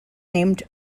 named